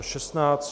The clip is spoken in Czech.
16.